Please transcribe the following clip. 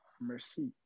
Mercy